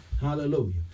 hallelujah